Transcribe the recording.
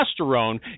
testosterone